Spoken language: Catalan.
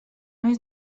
més